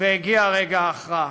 והגיע רגע ההכרעה.